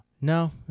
no